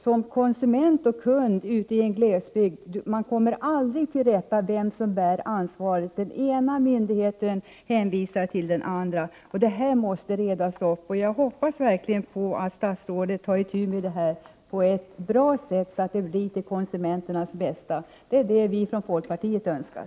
Som konsument och kund i en glesbygd kan man aldrig få besked om vem som bär ansvaret. Den ena myndigheten hänvisar till den andra. Detta måste redas ut, och jag hoppas verkligen att statsrådet tar itu med det på ett bra sätt till konsumenternas bästa. Det är vad vi från folkpartiet önskar.